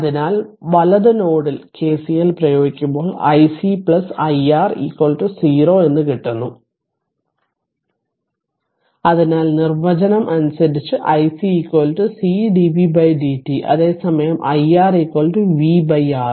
അതിനാൽ വലത് നോഡിൽ KCL പ്രയോഗിക്കുമ്പോൾ iC iR 0 എന്ന് കിട്ടുന്നു അതിനാൽ നിർവചനം അനുസരിച്ച് iC C dv dt അതേ സമയം iR v R